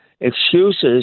excuses